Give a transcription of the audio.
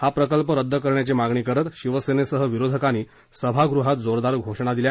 हा प्रकल्प रद्द करण्याची मागणी करत शिवसेनेसह विरोधकांनी सभागृहात जोरदार घोषणा दिल्या